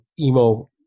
emo